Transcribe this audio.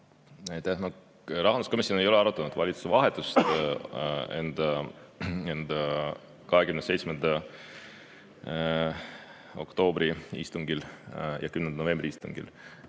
Rahanduskomisjon ei ole arutanud valitsuse vahetust ei enda 27. oktoobri istungil ega 10. novembri istungil.